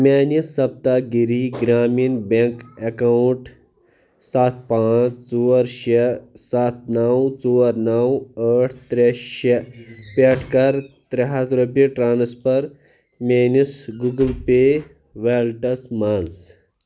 میٛٲنِس Saptagiri Grameen bank account سَتھ پانٛژھ ژور شےٚ سَتھ نَو ژور نَو ٲٹھ ترٛےٚ شےٚ پٮ۪ٹھ کَر ترٛےٚ ہَتھ رۄپیہِ ٹرٛانٕسفر میٛٲنِس گوٗگل پیٚے ویلٹَس مَنٛز